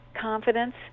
confidence